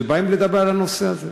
שבאים לדבר על הנושא הזה.